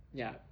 ya